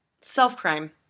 self-crime